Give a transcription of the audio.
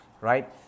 right